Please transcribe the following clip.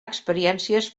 experiències